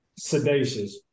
Sedacious